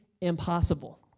impossible